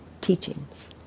teachings